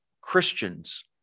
Christians